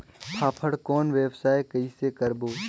फाफण कौन व्यवसाय कइसे करबो?